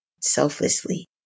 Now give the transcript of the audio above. selflessly